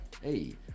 Hey